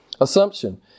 Assumption